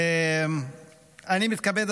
אני מתכבד,